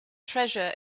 treasure